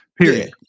Period